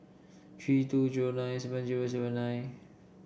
three two zero nine seven zero seven nine